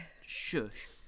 Shush